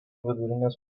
vidurinės